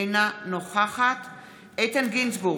אינה נוכחת איתן גינזבורג,